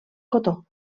cotó